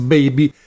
Baby